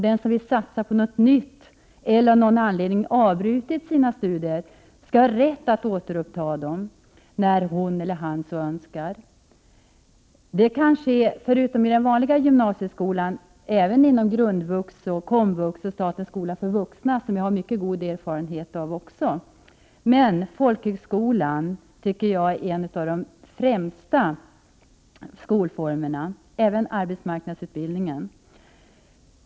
Den som vill satsa på något nytt skall kunna göra det, och den som av någon anledning har avbrutit sina studier skall ha rätt att återuppta dem när han eller hon så önskar. Det kan ske inom ramen för den vanliga gymnasieskolan, grundvux, komvux och statens skola för vuxna, som jag också har mycket god erfarenhet av. Folkhögskolan tycker jag dock är en av de främsta skolformerna. Även arbetsmarknadsutbildningen är bra.